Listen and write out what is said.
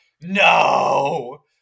no